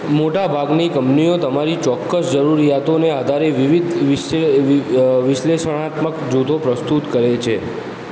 મોટાભાગની કંપનીઓ તમારી ચોક્કસ જરૂરિયાતોને આધારે વિવિધ વિશલે વિશ્લેષણાત્મક જૂથો પ્રસ્તુત કરે છે